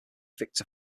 victor